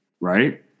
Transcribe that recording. right